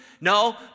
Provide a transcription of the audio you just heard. No